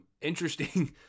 interesting